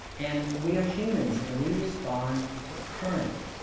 and we are humans and we respond to current